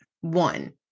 One